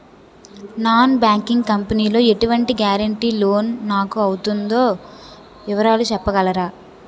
Non banking company లో ఎటువంటి guarantee loan నాకు అవుతుందో వివరాలు చెప్పగలరా?